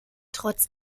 trotz